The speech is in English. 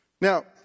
Now